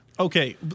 Okay